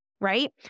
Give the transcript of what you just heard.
right